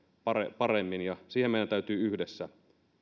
paremmin paremmin siihen meidän täytyy yhdessä